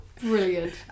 Brilliant